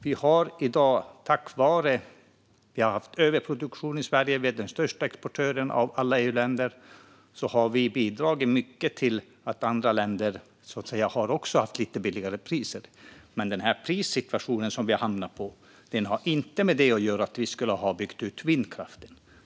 Vi har i Sverige, tack vare att vi har haft överproduktion och är den största exportören av alla EU-länder, bidragit mycket till att även andra länder har haft lite lägre priser. Men den prissituation som vi har hamnat i har inte att göra med att vi har byggt ut vindkraften.